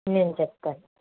నేను చెప్తాను